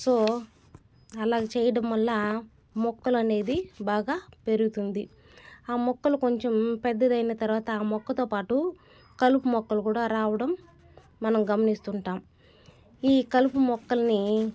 so అలాగ చేయడం వల్ల మొక్కలు అనేది బాగా పెరుగుతుంది ఆ మొక్కలు కొంచెం పెద్దదయిన తర్వాత ఆ మొక్కతోపాటు కలుపు మొక్కలు కూడా రావడం మనం గమనిస్తుంటాం ఈ కలుపు మొక్కలని